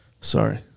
Sorry